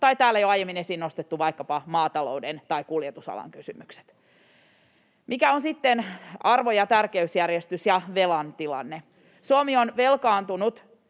täällä jo aiemmin esiin nostetuista maatalouden tai kuljetusalan kysymyksistä. Mikä on sitten arvo- ja tärkeysjärjestys ja velan tilanne? Suomi on velkaantunut